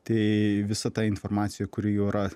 tai visa ta informacija kuri jau yra